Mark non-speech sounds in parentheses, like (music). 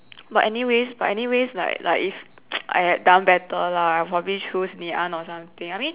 but anyways but anyways like like if (noise) I had done better lah I probably choose Ngee-Ann or something I mean